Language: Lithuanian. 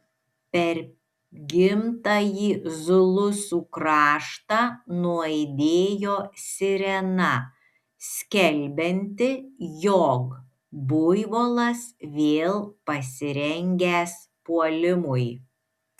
per gimtąjį zulusų kraštą nuaidėjo sirena skelbianti jog buivolas vėl pasirengęs puolimui